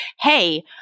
hey